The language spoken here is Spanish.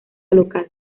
local